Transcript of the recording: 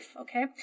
okay